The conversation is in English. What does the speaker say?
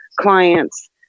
clients